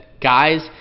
guys